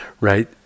right